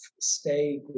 Stay